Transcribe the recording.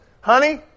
Honey